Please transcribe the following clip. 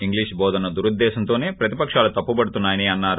English బోధనను దురుద్గేశంతోనే ప్రతిపక్షాలు తప్పుబడుతున్నాయని అన్నారు